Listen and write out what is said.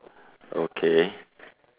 okay